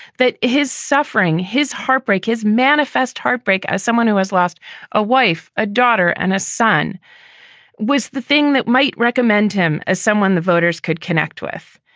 that his suffering, his heartbreak, his manifest heartbreak. as someone who has lost a wife, a daughter and a son was the thing that might recommend him as someone the voters could connect with.